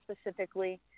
specifically